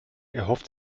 erhofft